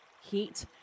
heat